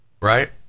right